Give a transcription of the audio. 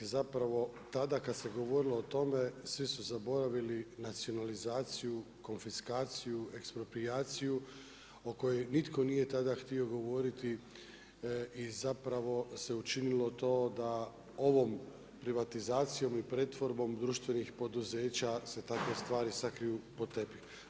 Zapravo tada kada se govorilo o tome svi su zaboravili nacionalizaciju, konfiskaciju, eksproprijaciju o kojoj nitko nije tada htio govoriti i zapravo se učinilo to da ovom privatizacijom i pretvorbom društvenih poduzeća se takve stvari sakriju pod tepih.